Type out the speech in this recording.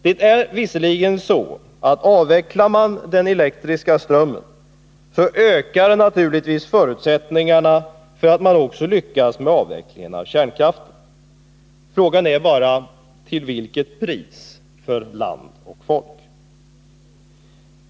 Det är visserligen så att avvecklar man den elektriska strömmen, så ökar naturligtvis förutsättningarna för att man också lyckas med avvecklingen av kärnkraften. Men frågan är bara till vilket pris för land och folk.